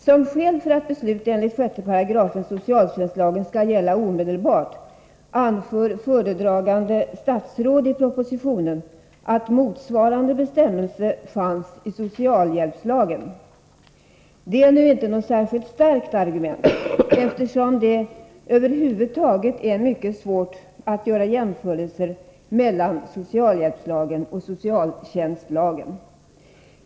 Som skäl för att beslut enligt 6 § socialtjänstlagen skall gälla omedelbart anför föredragande statsråd i proposition att motsvarande bestämmelser fanns i socialhjälpslagen. Det är nu inte något särskilt starkt argument, eftersom det över huvud taget är mycket svårt att göra jämförelser mellan socialhjälpslagen och socialtjänstlagen.